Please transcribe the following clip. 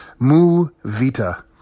Muvita